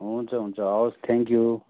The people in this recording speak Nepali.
हुन्छ हुन्छ हवस् थ्याङ्क यू